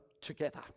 together